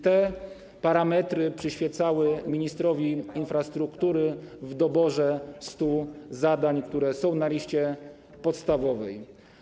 To przyświecało ministrowi infrastruktury w doborze 100 zadań, które są na liście podstawowej.